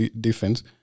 defense